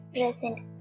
present